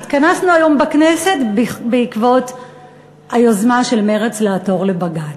והתכנסנו היום בכנסת בעקבות היוזמה של מרצ לעתור לבג"ץ.